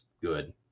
good